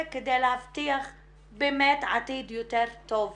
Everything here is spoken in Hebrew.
כדי להבטיח באמת עתיד יותר טוב לאוכלוסייה.